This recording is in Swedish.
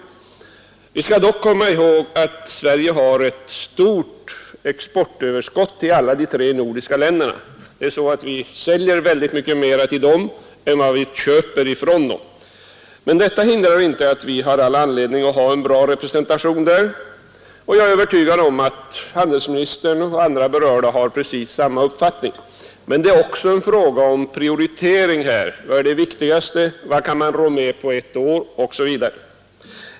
Men vi skall komma ihåg att vi har ett stort exportöverskott i alla de tre nordiska länderna, dvs. vi säljer mycket mer till dem än vad vi köper ifrån dem. Detta hindrar inte att vi har all anledning att hålla en bra representation i de nordiska länderna. Jag är övertygad om att handelsministern och andra berörda har precis samma uppfattning. Men här är det också fråga om en prioritering, om vad som är viktigast och vad vi kan gå med på ett år.